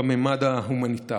בממד ההומניטרי.